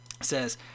says